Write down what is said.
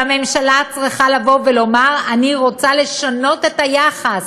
הממשלה צריכה לומר: אני רוצה לשנות את היחס,